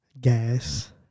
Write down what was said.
gas